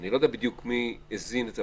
אני לא יודע בדיוק מי הזין את זה,